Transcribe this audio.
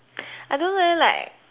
I don't know leh like